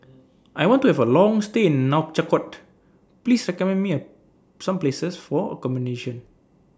I want to Have A Long stay in Nouakchott Please recommend Me A Some Places For accommodation